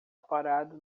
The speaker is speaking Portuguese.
parado